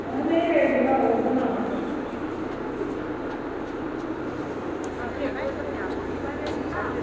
आं में रेट जेह्ड़ा उऐ लाना